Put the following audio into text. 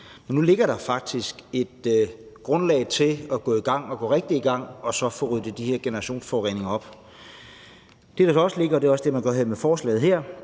nu ligger der faktisk et grundlag for at gå rigtig i gang og så få ryddet de her generationsforureninger op. Det, der så også ligger – og det er også det, der fremgår af forslaget her